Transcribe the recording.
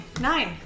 Nine